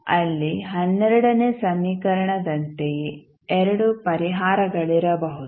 ಅಲ್ಲಿ ನೇ ಸಮೀಕರಣದಂತೆಯೇ 2 ಪರಿಹಾರಗಳಿರಬಹುದು